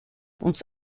uns